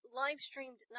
live-streamed